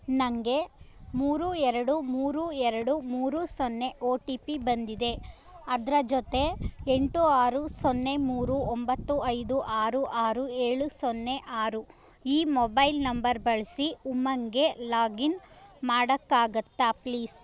ನನಗೆ ಮೂರು ಎರಡು ಮೂರು ಎರಡು ಮೂರು ಸೊನ್ನೆ ಓ ಟಿ ಪಿ ಬಂದಿದೆ ಅದರ ಜೊತೆ ಎಂಟು ಆರು ಸೊನ್ನೆ ಮೂರು ಒಂಬತ್ತು ಐದು ಆರು ಆರು ಏಳು ಸೊನ್ನೆ ಆರು ಈ ಮೊಬೈಲ್ ನಂಬರ್ ಬಳಸಿ ಉಮಂಗೆ ಲಾಗಿನ್ ಮಾಡೋಕ್ಕಾಗುತ್ತಾ ಪ್ಲೀಸ್